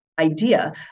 idea